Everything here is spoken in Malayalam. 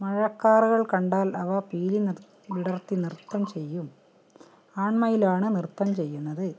മഴക്കാറുകൾ കണ്ടാൽ അവ പീലി വിടർത്തി നൃത്തം ചെയ്യും ആൺമയിലാണ് നൃത്തം ചെയ്യുന്നത്